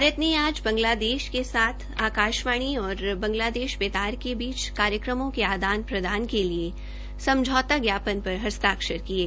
भारत ने आज बांगलादेश के साथ आकाशवाणी और बांगलादेश बेतार के बीच कार्यक्रमों के आदान प्रदान के लिए समझौता ज्ञापन पर हस्ताक्षर किये